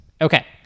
Okay